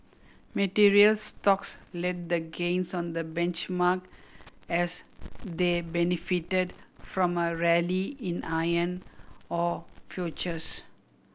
materials stocks led the gains on the benchmark as they benefited from a rally in iron ore futures